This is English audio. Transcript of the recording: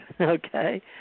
okay